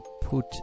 put